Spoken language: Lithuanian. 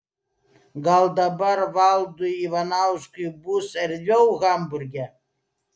gal dabar valdui ivanauskui bus erdviau hamburge